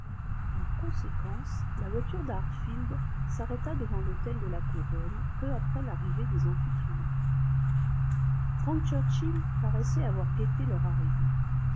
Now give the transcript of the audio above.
en conséquence la voiture d'hartfield s'arrêta devant l'hôtel de la couronne peu après l'arrivée des amphitrions frank churchill paraissait avoir guetté leur arrivée